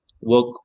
work